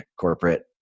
corporate